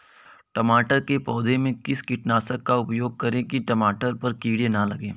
टमाटर के पौधे में किस कीटनाशक का उपयोग करें कि टमाटर पर कीड़े न लगें?